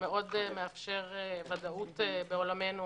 שמפשר ודאות בעולמנו,